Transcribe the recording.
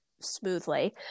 smoothly